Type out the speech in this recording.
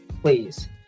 please